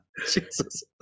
Jesus